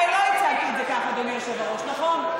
הרי לא הצגתי את זה ככה, אדוני היושב-ראש, נכון?